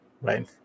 Right